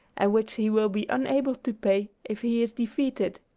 and which he will be unable to pay if he is defeated.